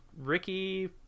Ricky